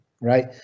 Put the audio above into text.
right